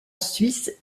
suisse